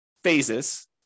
phases